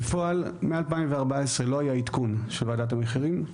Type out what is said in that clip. בפועל מ-2014 לא היה עדכון של ועדת המחירים,